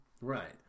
Right